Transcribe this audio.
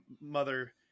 mother